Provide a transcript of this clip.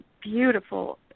beautiful